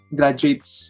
graduates